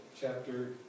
chapter